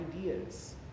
ideas